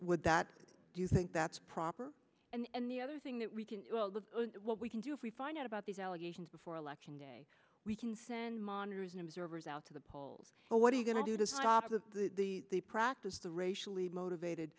would that do you think that's proper and the other thing that we can what we can do if we find out about these alligator before election day we can send monitors and observers out to the polls but what are you going to do to stop the practice the racially motivated